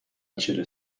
نتیجه